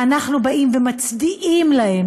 ואנחנו באים ומצדיעים להם,